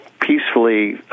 peacefully